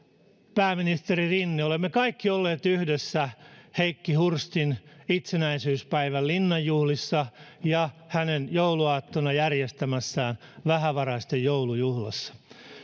pääministeri rinne olemme kaikki olleet yhdessä heikki hurstin itsenäisyyspäivän linnanjuhlissa ja hänen jouluaattona järjestämässään vähävaraisten joulujuhlassa